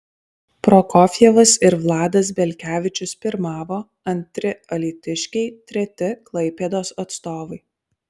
prokofjevas ir vladas belkevičius pirmavo antri alytiškiai treti klaipėdos atstovai